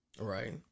Right